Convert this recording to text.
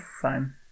Fine